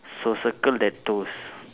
so circle that toes